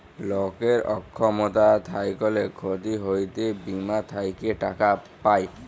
লকের অক্ষমতা থ্যাইকলে ক্ষতি হ্যইলে বীমা থ্যাইকে টাকা পায়